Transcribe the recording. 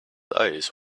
eyes